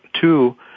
two